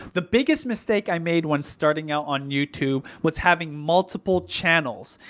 the biggest mistake i made when starting out on youtube, was having multiple channels.